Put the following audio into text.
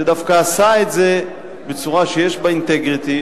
שדווקא עשה את זה בצורה שיש בה אינטגריטי.